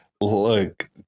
Look